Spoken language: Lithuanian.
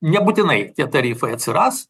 nebūtinai tie tarifai atsiras